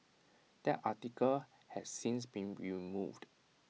that article has since been removed